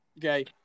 okay